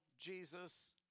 Jesus